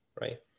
right